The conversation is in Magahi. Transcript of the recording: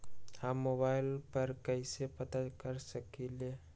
हम मोबाइल पर कईसे पता कर सकींले?